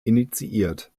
initiiert